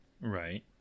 Right